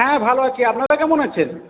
হ্যাঁ ভালো আছি আপনারা কেমন আছেন